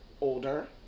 older